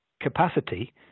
capacity